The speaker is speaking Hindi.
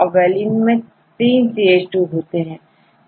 valanineमैं 3CH2 होते हैं